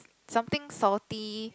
something salty